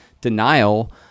denial